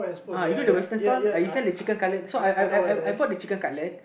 uh you know the Western stall uh they sell the chicken cutlet so I I I I I bought the chicken cutlet